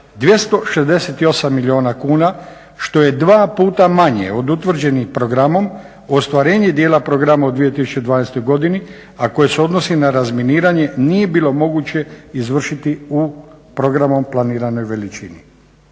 268 milijuna kuna što je dva puta manje od utvrđenih programom ostvarenje dijela programa u 2012.godini a koje se odnose na razminiranje nije bilo moguće izvršiti u programom planirane veličine.